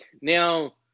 Now